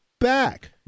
back